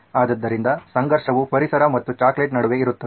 ಆದ್ದರಿಂದ ಸಂಘರ್ಷವು ಪರಿಸರ ಮತ್ತು ಚಾಕೊಲೇಟ್ ನಡುವೆ ಇರುತ್ತದೆ